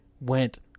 went